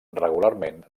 regularment